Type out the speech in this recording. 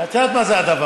את יודעת מה זה הדבר.